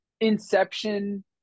inception